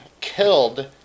killed